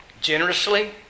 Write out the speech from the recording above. Generously